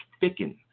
Thicken